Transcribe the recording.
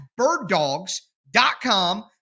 birddogs.com